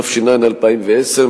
התש"ע 2010,